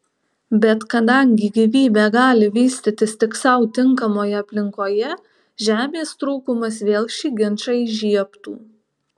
bet kadangi gyvybė gali vystytis tik sau tinkamoje aplinkoje žemės trūkumas vėl šį ginčą įžiebtų